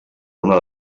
una